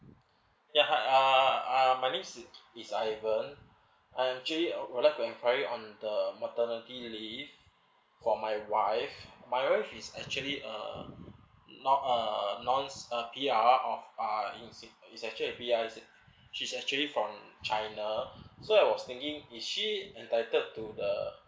ya uh uh my name is is ivan I'm actually would like to enquiry on the maternity leave for my wife my wife she's actually uh not uh non uh P_R of uh she is actually P_R is it she's actually from china so I was thinking is she entitled to the